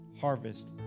harvest